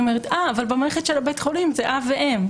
היא אומרת: אבל במערכת של בית החולים זה אב ואם.